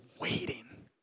waiting